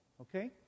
Okay